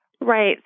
Right